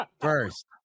first